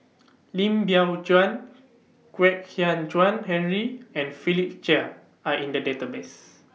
Lim Biow Chuan Kwek Hian Chuan Henry and Philip Chia Are in The Database